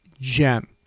gem